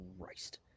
Christ